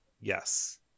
Yes